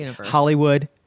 Hollywood